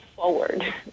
forward